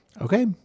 Okay